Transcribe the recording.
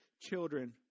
children